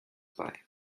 bei